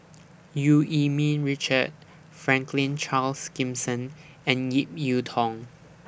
EU Yee Ming Richard Franklin Charles Gimson and Ip Yiu Tung